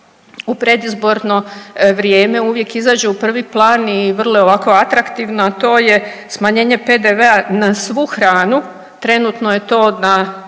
u predizborno vrijeme uvijek izađe u prvi plan i vrlo je ovako atraktivno, a to je smanjenje PDV-a na svu hranu, trenutno je to na